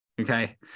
Okay